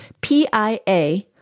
PIA